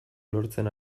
lortzen